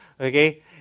Okay